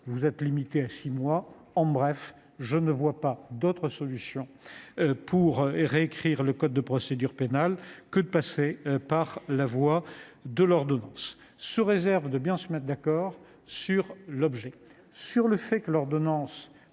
serait limitée à six mois. En bref, je ne vois pas d'autre solution pour réécrire le code de procédure pénale que de passer par la voie de l'ordonnance, sous réserve de bien se mettre d'accord sur son objet. Notre groupe